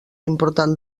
important